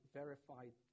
verified